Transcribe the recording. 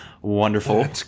wonderful